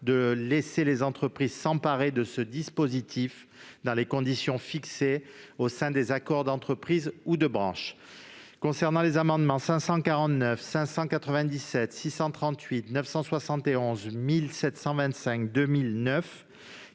de laisser les entreprises s'emparer de ce dispositif dans les conditions fixées au sein des accords d'entreprise ou de branche. Les amendements n 549 rectifié, 597